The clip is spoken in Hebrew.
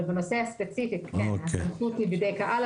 אבל בנושא הספציפי הסמכות היא בידי קק"ל,